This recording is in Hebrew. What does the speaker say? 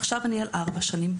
עכשיו אני על ארבע שנים.